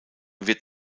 wird